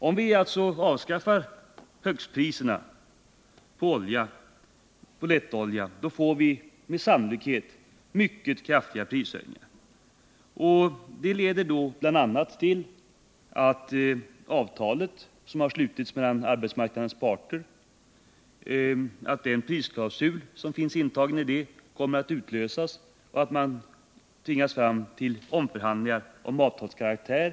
Om vi avskaffar högstpriserna på lätt eldningsolja, får vi sannolikt mycket kraftiga prishöjningar. Det leder då bl.a. till att den prisklausul som finns intagen i det avtal som har slutits mellan arbetsmarknadens parter kommer att utlösas och att man tvingas till omförhandlingar om avtalets karaktär.